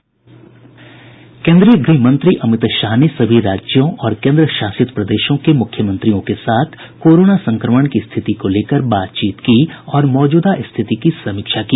केन्द्रीय गृह मंत्री अमित शाह ने सभी राज्यों और केन्द्र शासित प्रदेशों के मुख्यमंत्रियों के साथ कोरोना संक्रमण की स्थिति को लेकर बातचीत की और मौजूदा स्थिति की समीक्षा की